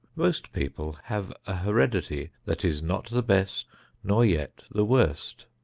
most people have a heredity that is not the best nor yet the worst.